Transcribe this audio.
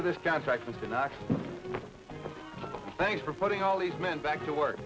to this contract with an act of thanks for putting all these men back to work